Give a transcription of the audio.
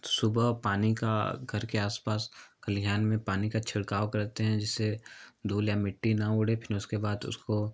सुबह पानी का घर के आस पास खलिहान में पानी का छिड़काव करते हैं जिससे धूल या मिट्टी ना उड़े फिन उसके बाद उसको